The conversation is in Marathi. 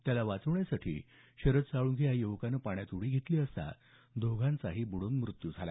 त्याला वाचविण्यासाठी शरद साळूंखे या युवकाने पाण्यात उडी घेतली असता दोघांचाही पाण्यात बुडून मृत्यु झाला